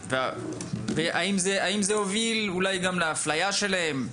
האם זה הוביל אולי גם לאפליה שלהם?